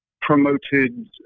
promoted